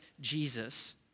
Jesus